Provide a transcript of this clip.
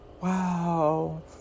Wow